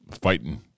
fighting